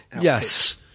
Yes